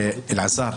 אלעזר,